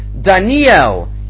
Daniel